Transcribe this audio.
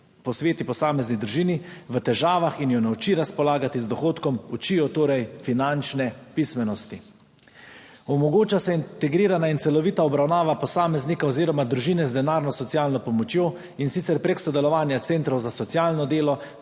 posveti posamezni družini v težavah in jo nauči razpolagati z dohodkom, uči jo torej finančne pismenosti. Omogoča se integrirana in celovita obravnava posameznika oziroma družine z denarno socialno pomočjo, in sicer prek sodelovanja centrov za socialno delo